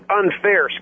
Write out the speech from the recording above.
unfair